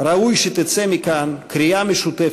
ראוי שתצא מכאן קריאה משותפת,